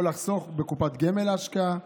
או לחסוך בקופת גמל להשקעה.